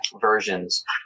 versions